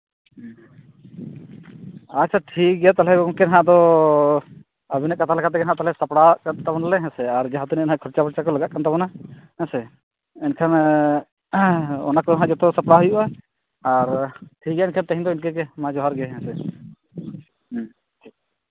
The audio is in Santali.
ᱟᱪᱪᱷᱟ ᱴᱷᱤᱠ ᱜᱮᱭᱟ ᱛᱟᱦᱚᱞᱮ ᱜᱚᱢᱠᱮ ᱦᱟᱸᱜ ᱟᱫᱚ ᱟᱹᱵᱤᱱᱟᱜ ᱠᱟᱛᱷᱟ ᱞᱮᱠᱟ ᱛᱮᱜᱮ ᱦᱟᱸᱜ ᱛᱟᱦᱚᱞᱮ ᱥᱟᱯᱲᱟᱣ ᱠᱟᱱ ᱛᱟᱵᱚᱱᱟᱞᱮ ᱦᱮᱸ ᱥᱮ ᱟᱨ ᱡᱟᱦᱟᱸ ᱛᱤᱱᱟᱹᱜ ᱱᱟᱦᱟᱜ ᱠᱷᱚᱨᱪᱟ ᱯᱷᱚᱨᱪᱟ ᱠᱚ ᱞᱟᱜᱟᱣ ᱠᱟᱱ ᱛᱟᱵᱚᱱᱟ ᱦᱮᱸ ᱥᱮ ᱮᱱᱠᱷᱟᱱᱱ ᱚᱱᱟ ᱠᱚ ᱦᱟᱸᱜ ᱡᱚᱛᱚ ᱥᱟᱯᱲᱟᱣ ᱦᱩᱭᱩᱜᱼᱟ ᱟᱨ ᱴᱷᱤᱠ ᱜᱮᱭᱟ ᱮᱱᱠᱷᱟᱱ ᱛᱮᱦᱮᱧ ᱫᱚ ᱤᱱᱠᱟᱹ ᱜᱮ ᱢᱟ ᱡᱚᱦᱟᱨ ᱜᱮ ᱦᱮᱸ ᱥᱮ ᱦᱮᱸ